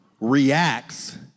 reacts